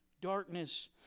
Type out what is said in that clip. darkness